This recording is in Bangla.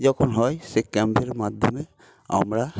যখন হয় সে ক্যাম্পের মাধ্যমে আমরা